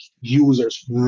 users